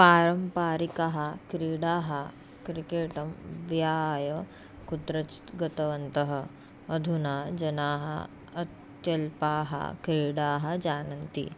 पारम्परिकः क्रीडाः क्रिकेटं विआय कुत्रचित् गतवन्तः अधुना जनाः अत्यल्पाः क्रीडाः जानन्ति